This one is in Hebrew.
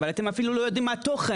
אבל אתם אפילו לא יודעים מה התוכן,